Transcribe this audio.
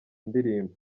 indirimbo